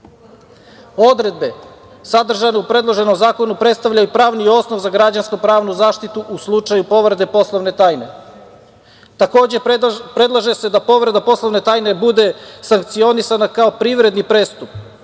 sadržane u predloženom zakonu predstavljaju pravni osnov za građansko-pravnu zaštitu u slučaju povrede poslovne tajne. Takođe, predlaže se da povreda poslovne tajne bude sankcionisana kao privredni prestup